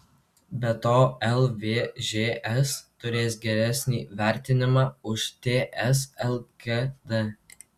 be to lvžs turės geresnį vertinimą už ts lkd